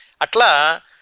Atla